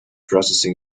processing